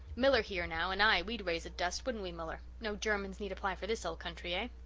miller here, now, and i, we'd raise a dust, wouldn't we, miller? no germans need apply for this old country, ah?